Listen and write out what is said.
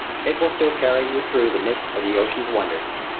it will still carry you through the midst of the ocean's wonders.